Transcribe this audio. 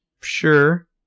Sure